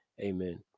amen